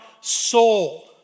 soul